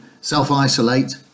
self-isolate